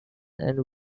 and